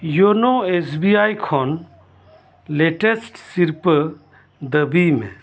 YONO SBI ᱠᱷᱚᱱ latest ᱥᱤᱨᱯᱟᱹ ᱫᱟᱹᱵᱤᱭ ᱢᱮ